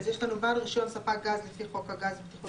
יש לנו את בעל רישיון ספק גז לפי חוק הגז (בטיחות